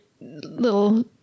little